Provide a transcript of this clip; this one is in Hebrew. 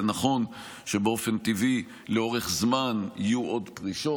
זה נכון שבאופן טבעי, לאורך זמן, יהיו עוד פרישות.